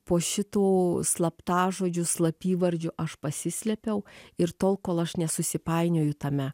po šitų slaptažodžių slapyvardžių aš pasislėpiau ir tol kol aš nesusipainioju tame